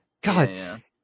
god